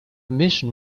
mission